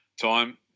time